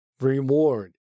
reward